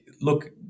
look